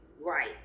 Right